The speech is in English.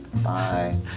Bye